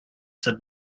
said